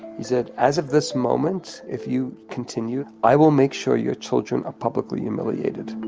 he said, as of this moment, if you continue, i will make sure your children are publicly humiliated.